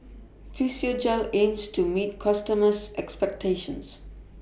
Physiogel aims to meet its customers' expectations